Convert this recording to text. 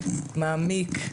מעמיק,